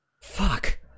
fuck